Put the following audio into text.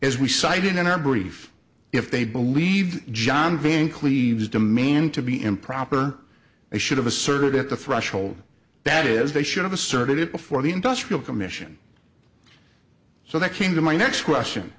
as we cited in our brief if they believe john van cleaves demand to be improper they should have asserted at the threshold that is they should have asserted it before the industrial commission so they came to my next question